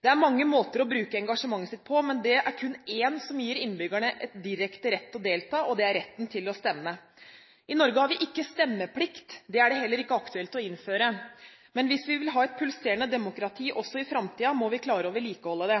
Det er mange måter å bruke engasjementet sitt på, men det er kun én måte som gir innbyggerne direkte rett til å delta, og det er retten til å stemme. I Norge har vi ikke stemmeplikt – det er det heller ikke aktuelt å innføre. Men hvis vi vil ha et pulserende demokrati også i framtiden, må vi klare å vedlikeholde det.